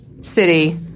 city